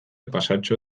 pasatxo